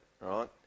right